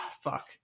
Fuck